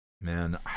Man